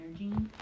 energy